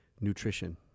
Nutrition